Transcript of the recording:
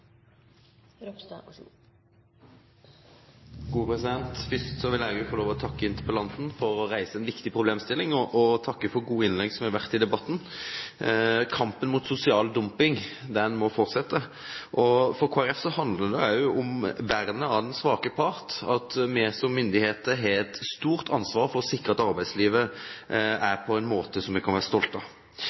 for gode innlegg som har vært i debatten. Kampen mot sosial dumping må fortsette. For Kristelig Folkeparti handler det også om vernet av den svake part og at vi som myndigheter har et stort ansvar for å sikre at arbeidslivet er på en måte som vi kan være stolte av.